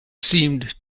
seemed